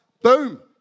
Boom